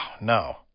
no